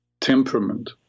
temperament